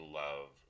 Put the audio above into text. love